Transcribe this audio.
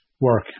work